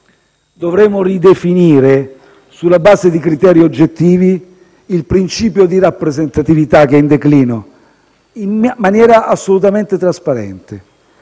Dovremo ridefinire, sulla base di criteri oggettivi, il principio di rappresentatività, che è in declino, in maniera assolutamente trasparente.